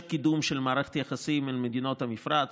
הקידום של מערכת יחסים עם מדינות המפרץ.